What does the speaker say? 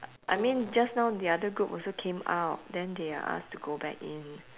I mean just now the other group also came out then they are asked to go back in